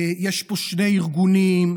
יש פה שני ארגונים: